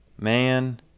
man